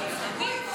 הוא צוחק עלינו.